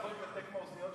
וגם כשאתה נמצא כאן,